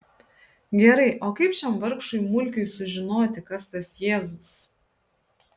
gerai o kaip šiam vargšui mulkiui sužinoti kas tas jėzus